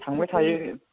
थांबाय थायो